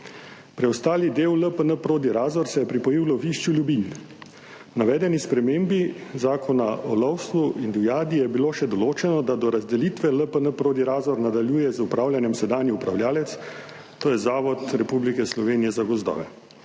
Preostali del LPN Prodi Razor se je pripojil lovišču Lubinj. V navedeni spremembi Zakona o lovstvu in divjadi je bilo še določeno, da do razdelitve LPN Prodi Razor nadaljuje z upravljanjem sedanji upravljavec, to je Zavod Republike Slovenije za gozdove,